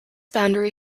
boundary